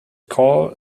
call